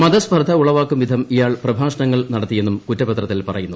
മതസ്പർദ്ദ ഉളവാക്കും വിധം ഇയാൾ പ്രഭാഷണങ്ങൾ നടത്തിയെന്നും കുറ്റപത്രത്തിൽ പറയുന്നു